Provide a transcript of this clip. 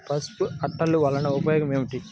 పసుపు అట్టలు వలన ఉపయోగం ఏమిటి?